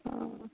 অ'